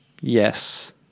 Yes